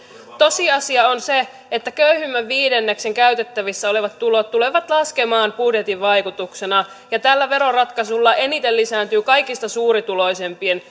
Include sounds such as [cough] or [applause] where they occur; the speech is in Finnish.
tosiasia on se että köyhimmän viidenneksen käytettävissä olevat tulot tulevat laskemaan budjetin vaikutuksena ja tällä veroratkaisulla eniten lisääntyvät kaikista suurituloisimpien [unintelligible]